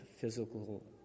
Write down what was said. physical